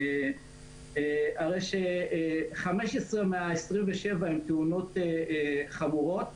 הרי ש-15 מה-27 הן תאונות חמורות,